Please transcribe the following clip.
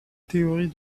théorie